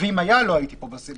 ואם היה, לא הייתי פה.